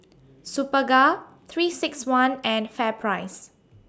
Superga three six one and Fair Price